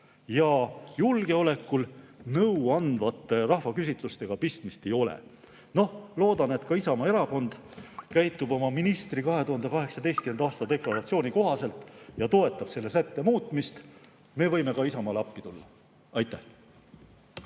Julgeolekul nõuandvate rahvaküsitlustega pistmist ei ole. Loodan, et ka Isamaa Erakond käitub oma ministri 2018. aasta deklaratsiooni kohaselt ja toetab selle sätte muutmist. Me võime ka Isamaale appi tulla. Aitäh!